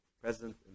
present